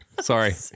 sorry